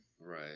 Right